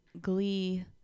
glee